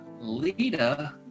Lita